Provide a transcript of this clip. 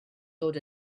dod